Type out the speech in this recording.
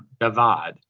Davad